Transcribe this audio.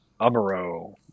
Amaro